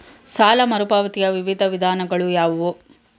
ಸಾಲ ಮರುಪಾವತಿಯ ವಿವಿಧ ವಿಧಾನಗಳು ಯಾವುವು?